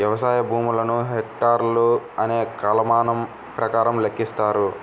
వ్యవసాయ భూములను హెక్టార్లు అనే కొలమానం ప్రకారం లెక్కిస్తారు